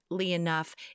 enough